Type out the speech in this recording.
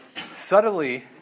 subtly